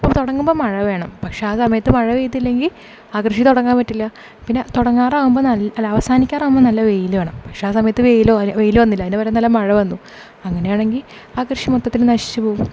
ഇപ്പം തുടങ്ങുമ്പോൾ മഴ വേണം പക്ഷേ ആ സമയത്ത് മഴ പെയ്തില്ലെങ്കിൽ ആ കൃഷി തുടങ്ങാൻ പറ്റില്ല പിന്നെ തുടങ്ങറാവുമ്പോൾ അവസാനിക്കാറാവുമ്പോൾ നല്ല വെയില് വേണം പക്ഷേ ആ സമയത്ത് വെയിൽ വെയിൽ വന്നില്ല അതിന് പകരം നല്ല മഴ വന്നു അങ്ങനെയാണെങ്കിൽ ആ കൃഷി മൊത്തത്തിൽ നശിച്ചു